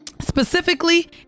specifically